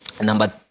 Number